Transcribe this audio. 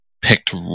picked